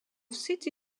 city